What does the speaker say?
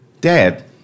Dad